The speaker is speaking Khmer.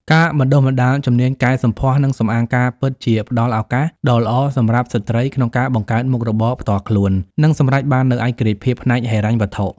ការបណ្ដុះបណ្ដាលជំនាញកែសម្ផស្ស និងសម្អាងការពិតជាផ្តល់ឱកាសដ៏ល្អសម្រាប់ស្ត្រីក្នុងការបង្កើតមុខរបរផ្ទាល់ខ្លួន និងសម្រេចបាននូវឯករាជ្យភាពផ្នែកហិរញ្ញវត្ថុ។